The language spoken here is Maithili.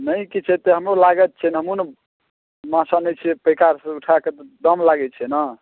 नहि किछु हेतै हमरो लागत छै ने हमहूँ ने माछ आने छिए पैकारसँ उठाके दम लागै छै ने